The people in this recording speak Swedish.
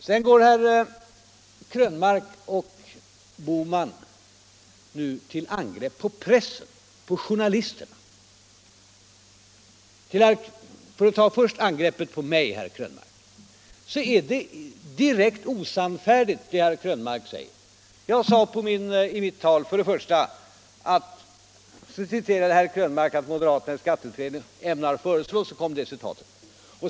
Sedan går herrar Krönmark och Bohman nu till angrepp mot pressen, mot journalisterna. För att först ta angreppet mot mig, herr Krönmark, så är det direkt osannfärdigt det herr Krönmark säger. Jag sade i mitt tal, och då citerade jag herr Krönmark, att ”moderaterna i skatteutredningen ämnar föreslå” osv.